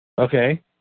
Okay